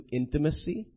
intimacy